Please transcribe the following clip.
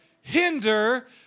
hinder